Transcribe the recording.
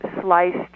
sliced